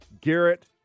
Garrett